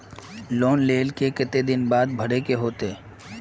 Loan लेल के केते दिन बाद भरे के होते?